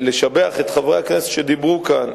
אני רוצה לשבח את חברי הכנסת שדיברו כאן.